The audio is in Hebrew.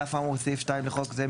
על אף האמור בסעיף 2 לחוק זה,